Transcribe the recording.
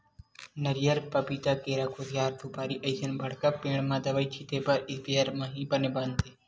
नरियर, पपिता, केरा, खुसियार, सुपारी असन बड़का पेड़ म दवई छिते बर इस्पेयर म ही बने बनथे